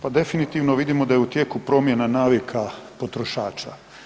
Pa definitivno vidimo da je u tijeku promjena navika potrošača.